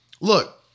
Look